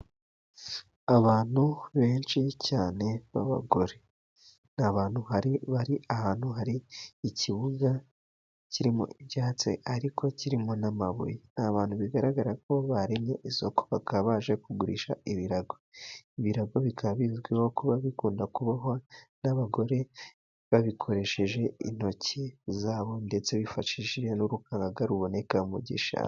Abantu benshi cyane b'abagore, ni abantu bari ahantu hari ikibuga kirimo ibyatsi ariko kirimo n'amabuye, n'abantu bigaragara ko baremye isoko bakaba baje kugurisha ibirago, ibirago bikaba bizwiho kuba bikunda kubohwa n'abagore, babikoresheje intoki zabo ndetse bifashishije n'urukangaga, ruboneka mu gishanga.